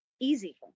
easy